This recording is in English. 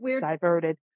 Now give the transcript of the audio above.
diverted